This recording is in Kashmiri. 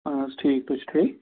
اَہن حظ ٹھیٖک تُہۍ چھُو ٹھیٖک